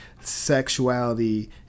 sexuality